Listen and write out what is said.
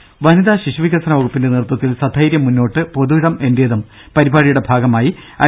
രുദ വനിതാ ശിശുവികസന വകുപ്പിന്റെ നേതൃത്വത്തിൽ സധൈര്യം മുന്നോട്ട് പൊതു ഇടം എന്റേതും പരിപാടിയുടെ ഭാഗമായി ഐ